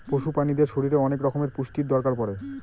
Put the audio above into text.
পশু প্রাণীদের শরীরে অনেক রকমের পুষ্টির দরকার পড়ে